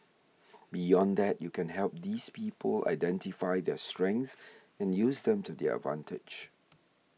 beyond that you can help these people identify their strengths and use them to their advantage